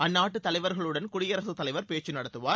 அந்நாட்டு தலைவர்களுடன் குடியரசுத்தலைவர் பேச்சு நடத்துவார்